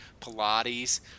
Pilates